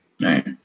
Right